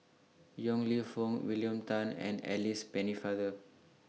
Yong Lew Foong William Tan and Alice Pennefather